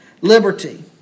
Liberty